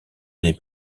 des